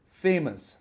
famous